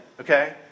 Okay